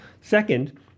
Second